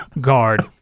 guard